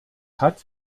hat